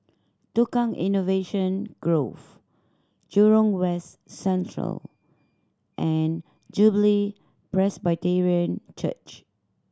Tukang Innovation Grove Jurong West Central and Jubilee Presbyterian Church